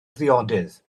ddiodydd